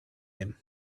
him